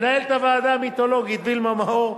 מנהלת הוועדה המיתולוגית וילמה מאור,